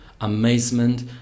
amazement